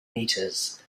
meters